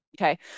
Okay